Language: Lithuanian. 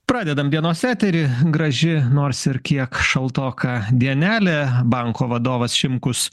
pradedam dienos eterį graži nors ir kiek šaltoka dienelė banko vadovas šimkus